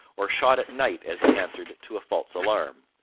or shot at night as he answered to a false alarm.